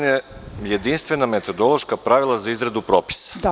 Jedinstvena metodološka pravila za izradu propisa.